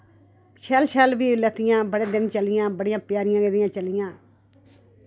शैल शैल बी लैतियां बड़े दिन चलियां बड़ियां प्यारियां गेदियां चलियां